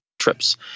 trips